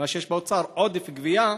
את מה שיש באוצר בעודף גבייה,